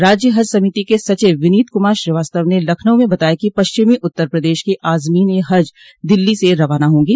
राज्य हज समिति के सचिव विनोत कुमार श्रीवास्तव ने लखनऊ में बताया कि पश्चिमी उत्तर प्रदेश के आजमीन ए हज दिल्ली से रवाना होंगे